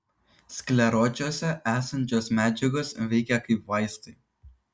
skleročiuose esančios medžiagos veikia kaip vaistai